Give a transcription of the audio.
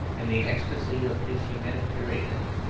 in the ecstasy of his humanitarianism,